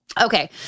okay